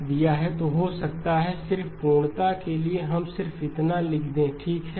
तो हो सकता है कि सिर्फ पूर्णता के लिए हम सिर्फ इतना लिख दें ठीक है